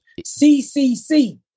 CCC